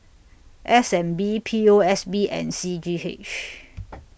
S N B P O S B and C G H